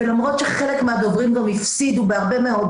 ולמרות שחלק מהדוברים גם הפסידו בהרבה מאוד